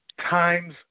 times